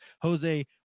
Jose